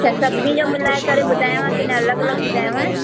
अच्छा सभिनी जो मिलाए करे ॿुधायांव की न अलॻि अलॻि बुधायांव